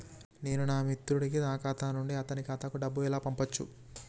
నేను నా మిత్రుడి కి నా ఖాతా నుండి అతని ఖాతా కు డబ్బు ను ఎలా పంపచ్చు?